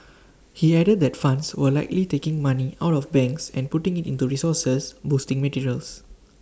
he added that funds were likely taking money out of banks and putting IT into resources boosting materials